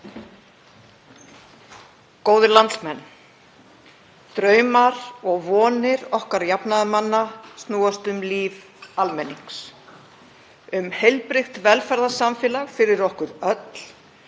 Góðir landsmenn. Draumar og vonir okkar jafnaðarmanna snúast um líf almennings, um heilbrigt velferðarsamfélag fyrir okkur öll,